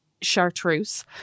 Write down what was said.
Chartreuse